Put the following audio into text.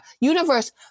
universe